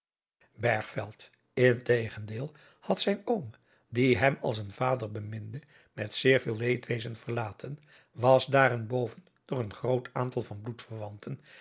integendeel had zijn oom die hem als een vader beminde met zeer veel leedwezen verlaten was daarenboven door een groot aantal van